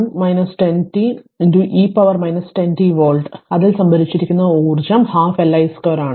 05 1 10 t e power 10 t volt അതിനാൽ സംഭരിക്കുന്ന ഊർജ്ജം പകുതി Li 2 ആണ്